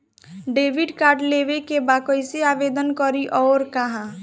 Debit card लेवे के बा कइसे आवेदन करी अउर कहाँ?